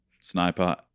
sniper